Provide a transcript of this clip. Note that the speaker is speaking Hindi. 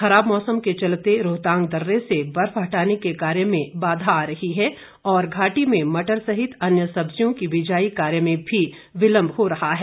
खराब मौसम के चलते रोहतांग दर्रे से बर्फ हटाने के कार्य में बाधा आ रही है और घाटी में मटर सहित अन्य सब्जियों के बीजाई कार्य में भी विलम्ब हो रहा है